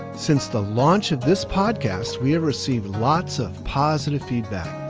since the launch of this podcast, we have received lots of positive feedback.